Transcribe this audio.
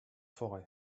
forêt